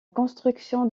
construction